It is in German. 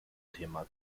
thema